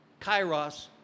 Kairos